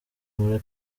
muri